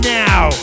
now